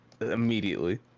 immediately